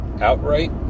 outright